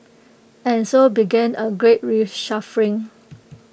and so began A great reshuffling